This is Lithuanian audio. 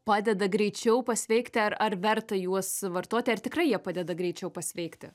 padeda greičiau pasveikti ar ar verta juos vartoti ar tikrai jie padeda greičiau pasveikti